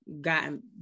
gotten